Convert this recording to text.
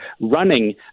running